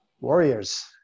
warriors